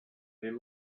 they